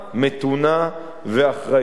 מתונה ואחראית.